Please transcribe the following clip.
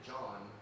John